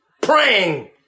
Praying